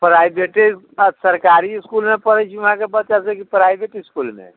प्राइवेटे आओर सरकारी इसकुलमे पढ़ै छै उहाँके बच्चा सभ कि प्राइवेट इसकुलमे